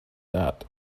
that